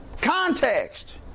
Context